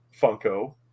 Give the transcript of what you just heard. Funko